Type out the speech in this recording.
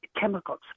chemicals